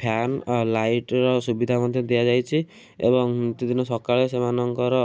fan ଲାଇଟ୍ର ସୁବିଧା ମଧ୍ୟ ଦିଆଯାଇଛି ଏବଂ ନିତିଦିନ ସକାଳେ ସେମାନଙ୍କର